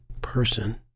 person